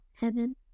Heaven